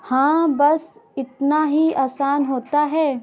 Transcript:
हाँ बस इतना ही आसान होता है